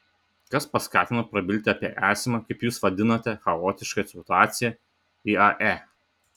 kas paskatino prabilti apie esamą kaip jūs vadinate chaotišką situaciją iae